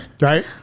Right